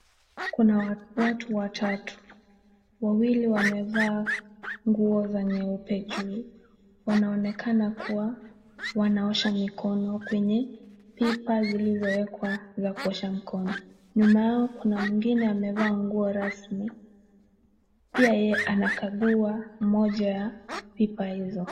Kuna watu watatu. Wawili wamevaa nguo za nyeupe juu, wanaonekana kuwa wanaosha mikono kwenye pipa zilizowekwa za kuosha mkono. Nyuma yao kuna mwingine amevaa nguo rasmi, pia yeye anakagua moja ya pipa hizo.